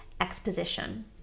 exposition